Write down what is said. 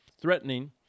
threatening